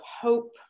hope